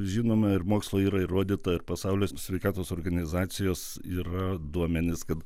žinome ir mokslo yra įrodyta ir pasaulio sveikatos organizacijos yra duomenys kad